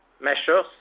measures